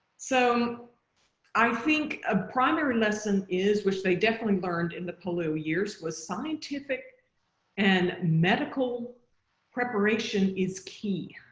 so i think a primary lesson is which they definitely learned in the polio years was scientific and medical preparation is key